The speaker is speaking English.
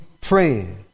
praying